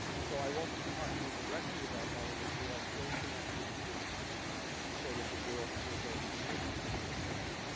so i won't be talking directly about elliot. you are still connected to sort of the world we're going to be entering in a second.